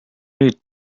nüüd